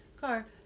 car